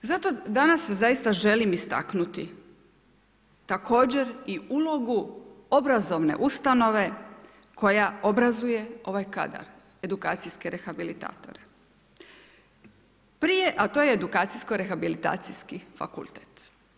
Zato danas zaista želim istaknuti također i ulogu obrazovne ustanove koja obrazuje ovaj kadar edukacijske rehabilitatore, a to je Edukacijsko-rehabilitacijski fakultet.